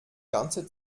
ganze